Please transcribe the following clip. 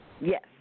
Yes